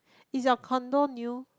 is your condo new